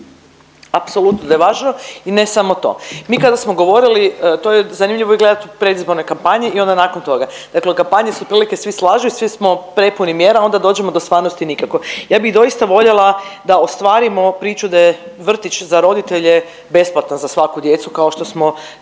Apsolutno je važno i ne samo to. Mi kada smo govorili to je zanimljivo gledati u predizbornoj kampanji i onda nakon toga. Dakle, u kampanji se otprilike svi slažu i svi smo prepuni mjera. Onda dođemo do stvarnosti nikako. Ja bih doista voljela da ostvarimo priču da je vrtić za roditelje besplatan za svaku djecu kao što smo